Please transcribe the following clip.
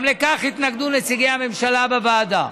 גם לכך התנגדו נציגי הממשלה בוועדה,